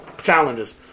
challenges